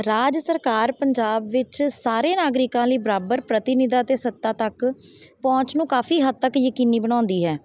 ਰਾਜ ਸਰਕਾਰ ਪੰਜਾਬ ਵਿੱਚ ਸਾਰੇ ਨਾਗਰਿਕਾਂ ਲਈ ਬਰਾਬਰ ਪ੍ਰਤੀਨਿਧਤਾ ਅਤੇ ਸੱਤਾ ਤੱਕ ਪਹੁੰਚ ਨੂੰ ਕਾਫ਼ੀ ਹੱਦ ਤੱਕ ਯਕੀਨੀ ਬਣਾਉਂਦੀ ਹੈ